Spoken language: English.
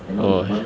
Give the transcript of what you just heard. oh